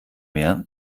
mehr